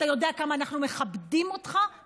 אתה יודע כמה אנחנו מכבדות אותך,